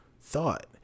thought